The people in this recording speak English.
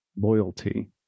loyalty